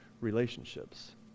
relationships